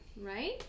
right